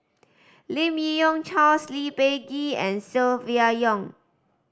Lim Yi Yong Charles Lee Peh Gee and Silvia Yong